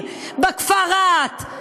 בכפר רהט,